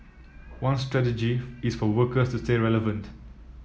one strategy is for workers to stay relevant